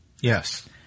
Yes